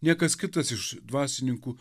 niekas kitas iš dvasininkų